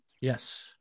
Yes